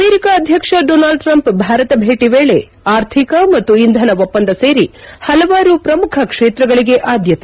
America ಅಧ್ಯಕ್ಷ Donald Trump Bharat ಭೇಟ ವೇಳೆ ಆರ್ಥಿಕ ಮತ್ತು ಇಂಧನ ಒಪ್ಪಂದ ಸೇರಿ ಹಲವಾರು ಪ್ರಮುಖ ಕ್ಷೇತ್ರಗಳಿಗೆ ಆದ್ಲತೆ